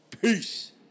Peace